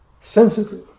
Sensitive